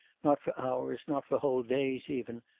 not for hours, not for whole days even,